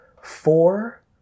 four